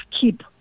keep